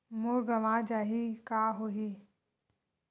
मोर गंवा जाहि का होही?